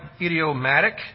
idiomatic